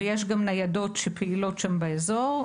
ויש גם ניידות שפעילות שם באזור.